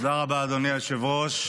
תודה רבה, אדוני היושב-ראש.